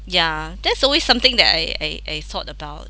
ya that's always something that I I I thought about